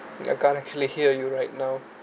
I can't actually hear you right now